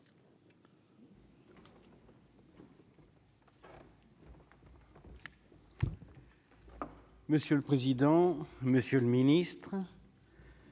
Monsieur le président, Monsieur le Ministre.